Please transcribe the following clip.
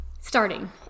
starting